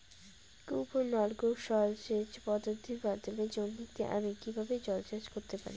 কূপ ও নলকূপ জলসেচ পদ্ধতির মাধ্যমে জমিতে আমি কীভাবে জলসেচ করতে পারি?